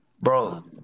bro